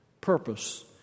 purpose